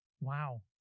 Wow